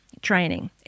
training